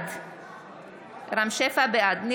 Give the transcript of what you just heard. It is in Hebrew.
בעד יולי יואל אדלשטיין,